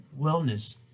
wellness